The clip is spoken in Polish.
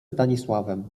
stanisławem